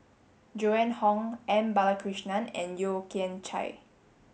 Joan Hon M Balakrishnan and Yeo Kian Chye